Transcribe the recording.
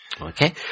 Okay